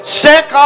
sick